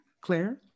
Claire